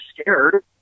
scared